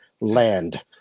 land